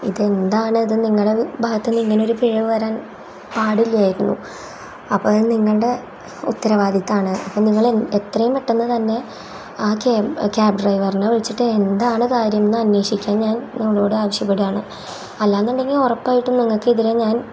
ഇതെന്താണ് ഇത് നിങ്ങളുടെ ഭാഗത്തു നിന്ന് ഇങ്ങനെ ഒരു പിഴവു വരാൻ പാടില്ലായിരുന്നു അപ്പം അത് നിങ്ങളുടെ ഉത്തരവാദിത്വമാണ് നിങ്ങൾ എത്രയും പെട്ടെന്നു തന്നെ ആ ക്യാബ് ക്യാബ് ഡ്രൈവറിനെ വിളിച്ചിട്ട് എന്താണ് കാര്യമെന്നു അന്വേഷിക്കാൻ ഞാൻ നിങ്ങളോട് ആവശ്യപ്പെടുകയാണ് അല്ലയെന്നുണ്ടെങ്കിൽ ഉറപ്പായിട്ടും നിങ്ങൾക്കെതിരെ ഞാൻ